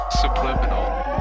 subliminal